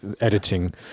editing